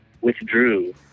withdrew